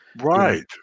Right